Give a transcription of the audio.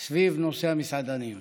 סביב נושא המסעדנים.